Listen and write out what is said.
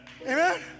Amen